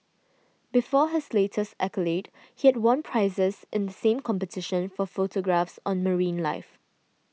before his latest accolade he had won prizes in the same competition for photographs on marine life